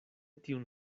tiun